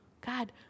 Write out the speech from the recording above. God